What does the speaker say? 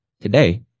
today